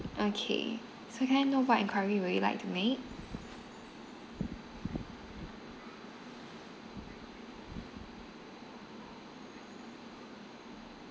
okay so can I know what enquiry were you like to make